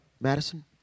Madison